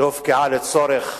שהופקעה לצורך